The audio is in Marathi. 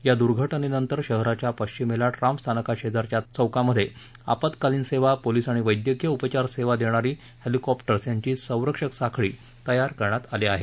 य दुर्घटनेनंतर शहराच्या पश्चिमेला ट्राम स्थानकाशेजारच्या चौकात आपत्कालीन सेवा पोलीस आणि वैद्यकीय उपचार सेवा देणारी हेलीकॉप्टर्स यांची संरक्षक साखळी तयार करण्यात आली आहे